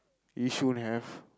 Yishun have